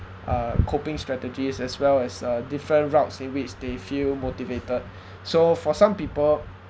uh coping strategies as well as a different routes in which they feel motivated so for some people